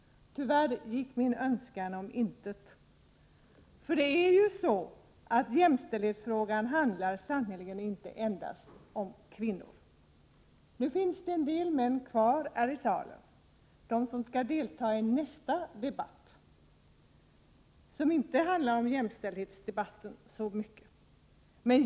Tyvärr gick min önskan om intet. För det är juså, att jämställdhetsfrågan sannerligen inte endast handlar om kvinnor. Nu finns det en del män kvar här i salen, de som skall delta i nästa debatt — som inte handlar om jämställdhetsfrågan så mycket.